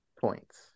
points